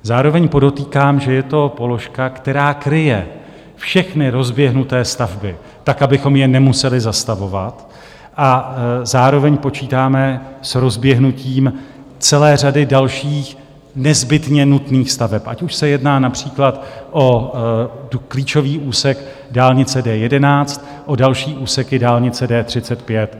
Zároveň podotýkám, že je to položka, která kryje všechny rozběhnuté stavby tak, abychom je nemuseli zastavovat, a zároveň počítáme s rozběhnutím celé řady dalších nezbytně nutných staveb, ať už se jedná například o klíčový úsek dálnice D11, o další úseky dálnice D35.